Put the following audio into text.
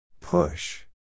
Push